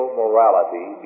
morality